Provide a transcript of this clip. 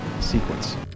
sequence